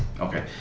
Okay